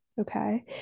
okay